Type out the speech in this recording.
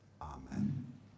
Amen